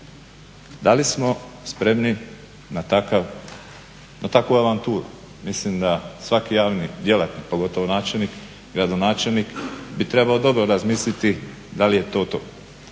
Da li smo spremni na takav, na takvu avanturu, mislim da svaki javni djelatni, pogotovo načelnik, gradonačelnik bi treba dobro razmisliti da li je to to.